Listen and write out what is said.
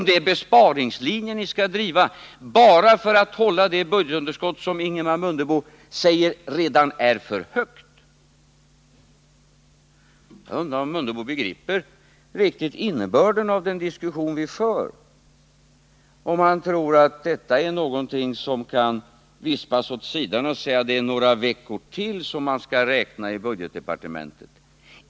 Det är den besparingslinje som ni skall driva bara för att hålla det budgetunderskott som Ingemar Mundebo säger redan är för högt. Jag undrar om Ingemar Mundebo riktigt begriper innebörden av den diskussion vi för, om han tror att detta är någonting som han kan vispa åt sidan med att säga att man skall räkna några veckor till i budgetdepartementet.